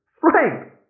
Frank